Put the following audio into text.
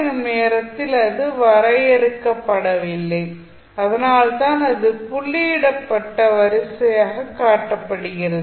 எனும் நேரத்தில் அது வரையறுக்கப்படவில்லை அதனால்தான் அது புள்ளியிடப்பட்ட வரியாகக் காட்டப்படுகிறது